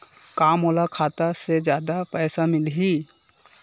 का मोला खाता से जादा पईसा मिलही?